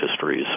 histories